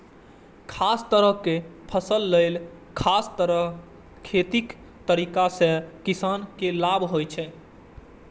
खास तरहक फसल लेल खास तरह खेतीक तरीका सं किसान के लाभ होइ छै